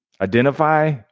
Identify